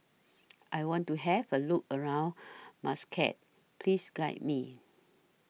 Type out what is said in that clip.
I want to Have A Look around Muscat Please Guide Me